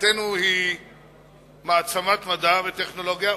מדינתנו היא מעצמת מדע וטכנולוגיה,